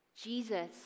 Jesus